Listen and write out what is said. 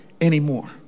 anymore